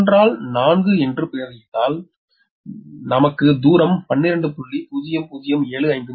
எனவே இது 1 ஆல் 4 என்று பிரதியிட்டால் நமக்கு தூரம் 12